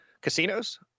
Casinos